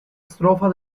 strofa